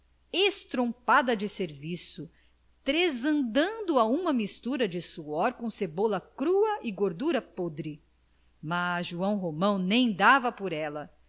estrompada de serviço tresandando a uma mistura de suor com cebola crua e gordura podre mas joão romão nem dava por ela